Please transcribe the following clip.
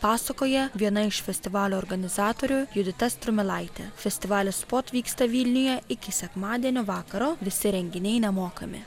pasakoja viena iš festivalio organizatorių judita strumilaitė festivalis spot vyksta vilniuje iki sekmadienio vakaro visi renginiai nemokami